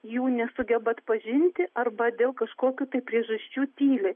jų nesugeba atpažinti arba dėl kažkokių tai priežasčių tyli